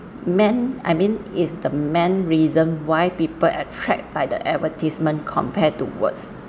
main I mean is the main reason why people attract by the advertisement compared to words